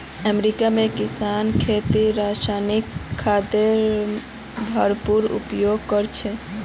America में किसान खेतीत रासायनिक खादेर भरपूर उपयोग करो छे